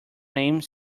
named